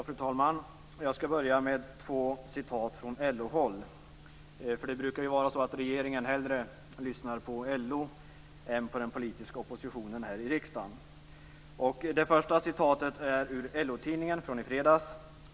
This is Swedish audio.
Fru talman! Jag skall börja med två citat från LO håll. Det brukar vara så att regeringen hellre lyssnar på LO än på den politiska oppositionen i riksdagen. Det första citatet är ur LO-tidningen från i fredags.